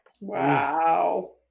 Wow